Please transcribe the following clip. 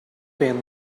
pain